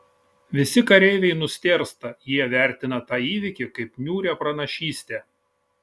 visi kareiviai nustėrsta jie vertina tą įvykį kaip niūrią pranašystę